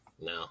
No